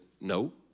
No